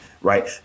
Right